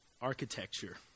architecture